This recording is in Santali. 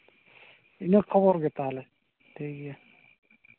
ᱤᱱᱟᱹ ᱠᱷᱚᱵᱚᱨ ᱜᱮ ᱛᱟᱦᱞᱮ ᱴᱷᱤᱠ ᱜᱮᱭᱟ